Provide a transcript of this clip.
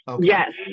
Yes